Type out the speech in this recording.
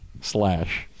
Slash